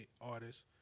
artists